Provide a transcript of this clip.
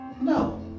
No